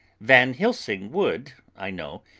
van helsing would, i know,